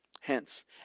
Hence